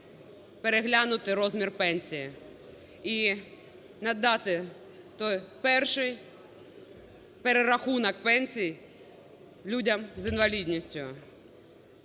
переглянути розмір пенсій. І надати той перший перерахунок пенсій людям з інвалідністю,